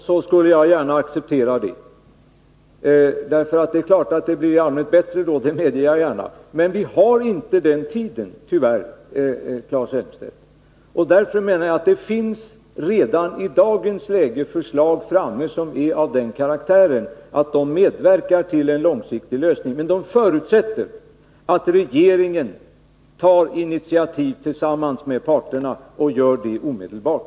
Herr talman! Hade vi lång tid på oss skulle jag gärna acceptera det svaret, eftersom det naturligtvis skulle bli bättre då — det medger jag gärna. Men vi har inte den tiden — tyvärr, Claes Elmstedt! Redan i dagens läge finns förslag framtagna som är av den karaktären att de medverkar till en långsiktig lösning. Men de förutsätter att regeringen tar initiativ tillsammans med parterna och att regeringen gör detta omedelbart.